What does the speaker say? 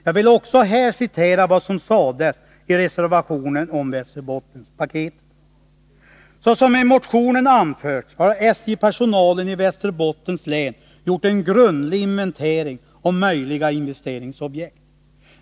Jag vill också här citera vad som sades i reservationen om Västerbottenpaketet: 86 grundlig inventering av möjliga investeringsobjekt.